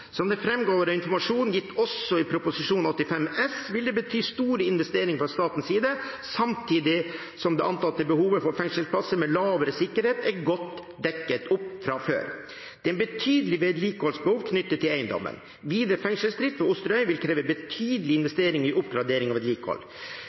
Som det også framgår av informasjon gitt i Prop. 85 S, vil det bety store investeringer fra statens side, samtidig som det antatte behovet for fengselsplasser med lavere sikkerhet er godt dekket opp fra før. Det er betydelige vedlikeholdsbehov knyttet til eiendommen. Videre fengselsdrift på Osterøy vil kreve betydelige